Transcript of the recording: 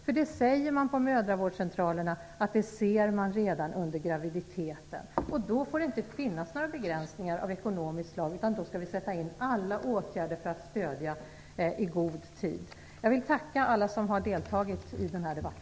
Man säger på mödravårdscentralerna att man ser det redan under graviditeten. Då får det inte finnas några begränsningar av ekonomiskt slag, utan då skall vi sätta in alla åtgärder för att stödja i god tid. Jag vill tacka alla som har deltagit i denna debatt.